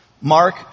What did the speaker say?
Mark